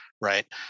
right